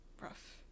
Rough